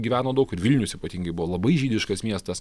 gyveno daug ir vilnius ypatingai buvo labai žydiškas miestas